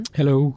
Hello